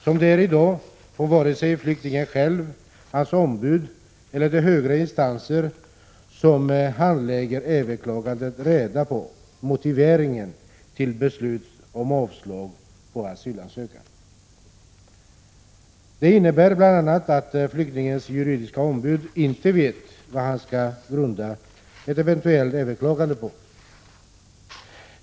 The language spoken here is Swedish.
Som det är i dag, får varken flyktingen själv, hans ombud eller högre instanser som handlägger överklagandet reda på motiveringen till beslut om avslag på asylansökan. Det innebär bl.a. att flyktingens juridiska ombud inte vet vad han skall grunda ett eventuellt överklagande på.